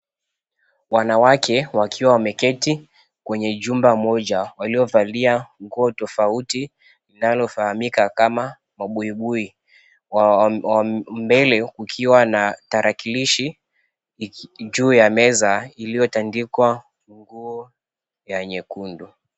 Wanawake wakiwa wameketi kwenye jumba moja, waliovalia nguo tofauti linalofahamika kama mabuibui, mbele kukiwa na tarakilishi juu ya meza iliyotandikwa nguo ya nyekundu.